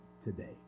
today